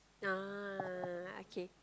ah okay